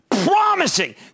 promising